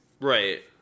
Right